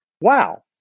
Wow